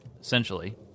Essentially